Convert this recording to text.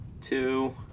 Two